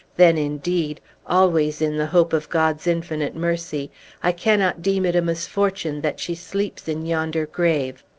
then, indeed always in the hope of god's infinite mercy i cannot deem it a misfortune that she sleeps in yonder grave!